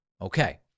Okay